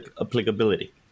applicability